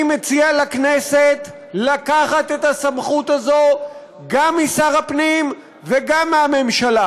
אני מציע לכנסת לקחת את הסמכות הזאת גם משר הפנים וגם מהממשלה.